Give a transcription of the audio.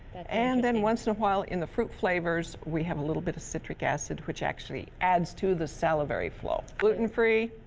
and and once in a while in the fruit flavors, we have a little bit of citric acid which actually adds to the salivary flow. gluten free,